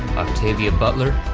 octavia butler,